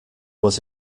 was